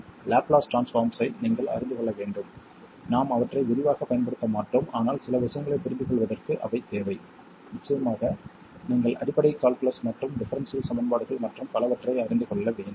Laplace ட்ரான்ஸ்பார்ம்ஸ்ஸை நீங்கள் அறிந்து கொள்ள வேண்டும் நாம் அவற்றை விரிவாகப் பயன்படுத்த மாட்டோம் ஆனால் சில விஷயங்களைப் புரிந்துகொள்வதற்கு அவை தேவை நிச்சயமாக நீங்கள் அடிப்படை கால்குலஸ் மற்றும் டிஃபரென்ஷியல் சமன்பாடுகள் மற்றும் பலவற்றை அறிந்து கொள்ள வேண்டும்